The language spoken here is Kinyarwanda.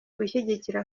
gushyigikira